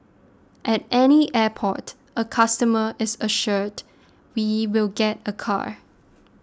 at any airport a customer is assured he will get a car